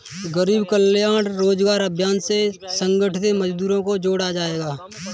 गरीब कल्याण रोजगार अभियान से असंगठित मजदूरों को जोड़ा जायेगा